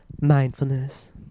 mindfulness